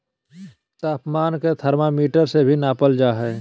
तापमान के थर्मामीटर से भी नापल जा हइ